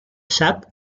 sap